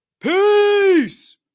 peace